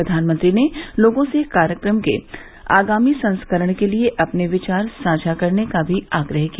प्रधानमंत्री ने लोगों से कार्यक्रम के आगामी संस्करण के लिए अपने विचार साझा करने का भी आग्रह किया